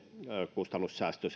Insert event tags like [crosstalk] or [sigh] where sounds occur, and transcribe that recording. kustannussäästö [unintelligible]